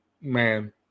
man